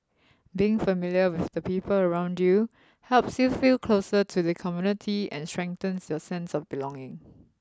being familiar with the people around you helps you feel closer to the community and strengthens your sense of belonging